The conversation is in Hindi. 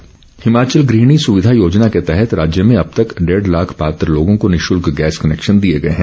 गुहिणी योजना हिमाचल गृहिणी सुविधा योजना के तहत राज्य में अब तक डेढ़ लाख पात्र लोगों को निशुल्क गैस कनेक्शन दिए गए हैं